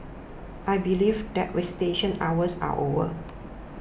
I believe that visitation hours are over